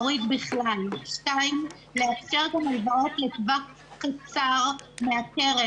שנית, לייצר הלוואות לטווח קצר מהקרן.